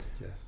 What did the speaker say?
Yes